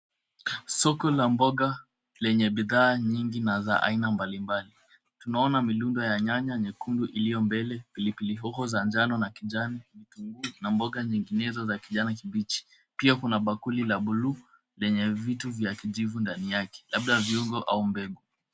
Soko la mboga lenye bidhaa nyingi na za aina mbalimbali. Tunaona mirundo ya nyanya nyekundu iliyo mbele, pilipili hoho za njano na kijani, vitungu na mboga nyinginezo za kijani kibichi. Pia kuna bakuli la bluu lenye vitu vya kijivu ndani yake labda viungo au mbegu.